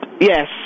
yes